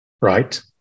right